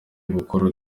bakuru